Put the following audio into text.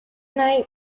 night